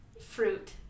fruit